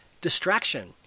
Distraction